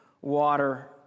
water